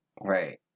Right